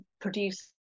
produce